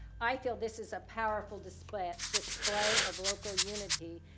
i feel this is a powerful display ah display of local unity.